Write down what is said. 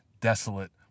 desolate